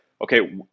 okay